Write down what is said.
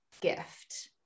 gift